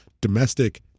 domestic